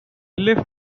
lived